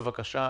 בבקשה,